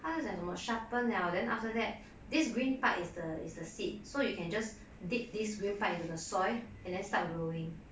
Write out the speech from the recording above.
它就讲什么 sharpen 了 then after that this green part is the is the seed so you can just dig this green part into the soil and then start growing